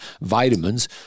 vitamins